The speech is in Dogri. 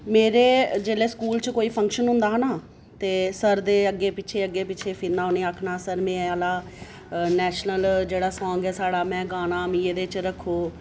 मेरे जेल्लै स्कूल च कोई फंक्शन होंदा हा ना ते सर दे अग्गै पिच्छै अग्गै पिच्छै फिरना उ'नेंगी आखना एह् आह्ला नेशनल सांग ऐ साढ़ा में गाना मीं एह्दे च रक्खो